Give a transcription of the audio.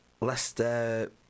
Leicester